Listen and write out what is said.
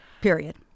period